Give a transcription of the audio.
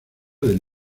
del